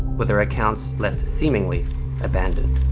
with their accounts left seemingly abandoned.